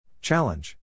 Challenge